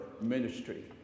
ministry